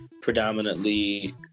predominantly